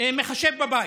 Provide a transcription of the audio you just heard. מחשב בבית.